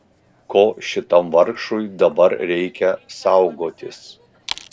ko šitam vargšui dabar reikia saugotis